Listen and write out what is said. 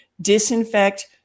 disinfect